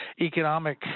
economic